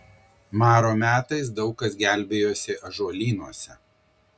maro metais daug kas gelbėjosi ąžuolynuose